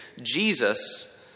Jesus